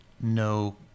no